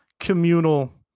communal